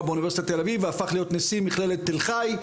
באוניברסיטת תל אביב והפך להיות נשיא מכללת תל חי,